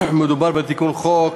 מדובר בתיקון חוק